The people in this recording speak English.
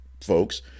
folks